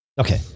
okay